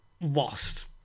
lost